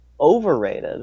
Overrated